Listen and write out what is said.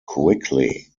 quickly